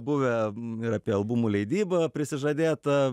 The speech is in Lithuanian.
buvę ir apie albumų leidybą prisižadėta